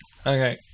okay